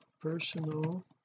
personal